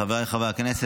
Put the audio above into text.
חבריי חברי הכנסת,